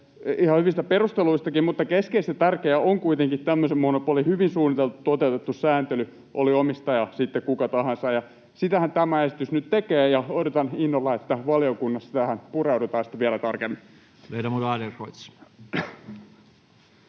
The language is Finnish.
ihan hyvistä perusteluistakin, mutta keskeisen tärkeää on kuitenkin tämmöisen monopolin hyvin suunniteltu ja toteutettu sääntely, oli omistaja sitten kuka tahansa. Sitähän tämä esitys nyt tekee, ja odotan innolla, että valiokunnassa tähän pureudutaan sitten vielä tarkemmin.